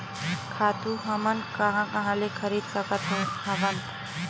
खातु हमन कहां कहा ले खरीद सकत हवन?